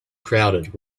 crowded